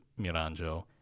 Miranjo